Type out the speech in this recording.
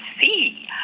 see